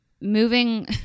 Moving